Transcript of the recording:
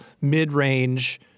mid-range